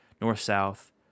north-south